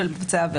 של מבצע העבירה.